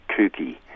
kooky